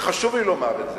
וחשוב לי לומר את זה,